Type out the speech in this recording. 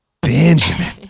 Benjamin